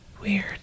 Weird